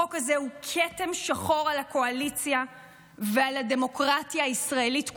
החוק הזה הוא כתם שחור על הקואליציה ועל הדמוקרטיה הישראלית כולה.